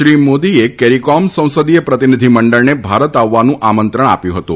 શ્રી મોદીએ કેરીકોમ સંસદીય પ્રતિનિધિ મંડળને ભારત આવવાનું આમંત્રણ આપ્યું હતું